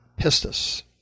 pistis